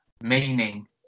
meaning